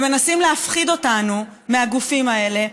ומנסים להפחיד אותנו מהגופים האלה,